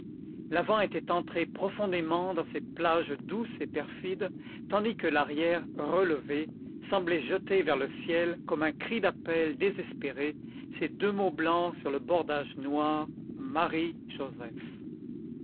l'avant était entré profondément dans cette plage douce et perfide tandis que l'arrière relevé semblait jeter vers le ciel comme un cri d'appel désespéré ces deux mots blancs sur le bordage noir